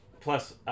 Plus